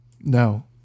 No